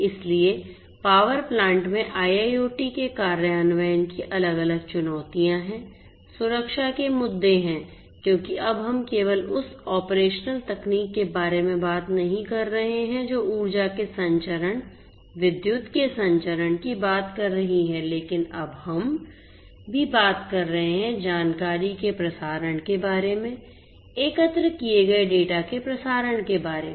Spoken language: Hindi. इसलिए पावर प्लांट में IIoT के कार्यान्वयन की अलग अलग चुनौतियाँ हैं सुरक्षा के मुद्दे हैं क्योंकि अब हम केवल उस ऑपरेशनल तकनीक के बारे में बात नहीं कर रहे हैं जो ऊर्जा के संचरण विद्युत् के संचरण की बात कर रही है लेकिन अब हम भी बात कर रहे हैं जानकारी के प्रसारण के बारे में एकत्र किए गए डेटा के प्रसारण के बारे में